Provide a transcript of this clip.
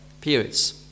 periods